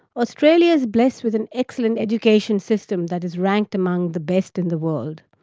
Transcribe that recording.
australia is blessed with an excellent education system that is ranked among the best in the world.